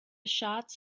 shots